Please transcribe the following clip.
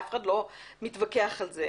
אף אחד לא מתווכח על זה.